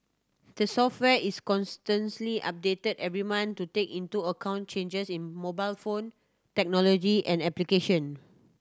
the software is constantly updated every month to take into account changes in mobile phone technology and application